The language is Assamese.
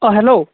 অঁ হেল্ল'